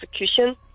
execution